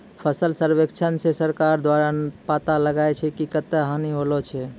फसल सर्वेक्षण से सरकार द्वारा पाता लगाय छै कि कत्ता हानि होलो छै